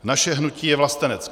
Naše hnutí je vlastenecké.